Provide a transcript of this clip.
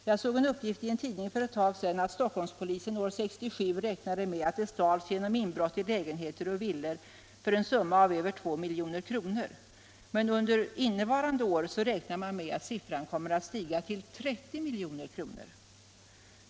Jag såg en uppgift i en tidning för ett tag sedan att Stockholmspolisen år 1967 räknade med att det stals genom inbrott i lägenheter och villor för en summa på över 2 milj.kr. Man räknar med att siffran under innevarande år kommer att stiga till 30 milj.kr.